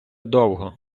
довго